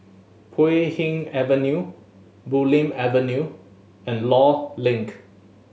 Puay Hee Avenue Bulim Avenue and Law Link